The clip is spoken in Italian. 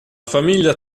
famiglia